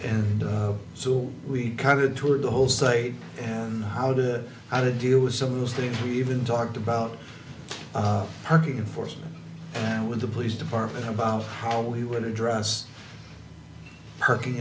and so we kind of toured the whole state and how did it how to deal with some of those things we even talked about parking enforcement and with the police department about all he would address perking